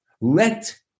Let